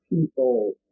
people